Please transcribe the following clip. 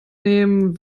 nehmen